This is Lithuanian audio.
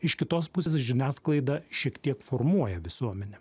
iš kitos pusės žiniasklaida šiek tiek formuoja visuomenę